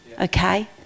Okay